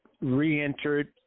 re-entered